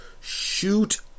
shoot